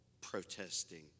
protesting